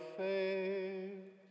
faith